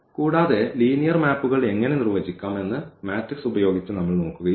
കൂടാതെ ലീനിയർ മാപ്പുകൾ എങ്ങനെ നിർവചിക്കാം എന്ന് മെട്രിക്സ് ഉപയോഗിച്ച് നമ്മൾ നോക്കുകയും ചെയ്തു